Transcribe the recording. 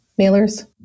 mailers